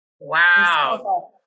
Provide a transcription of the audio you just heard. wow